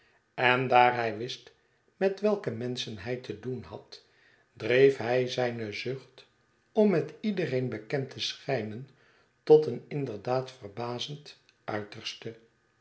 en daar hij wist met welke menschen hij te doen had dreef hij zijne zucht om met iedereen bekend te schijnen tot eeninderdaad verbazend uiterste